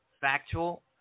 factual